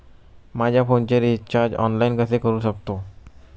माझ्या फोनचे recharge online कसे करू शकतो?